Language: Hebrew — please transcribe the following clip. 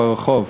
ברחוב,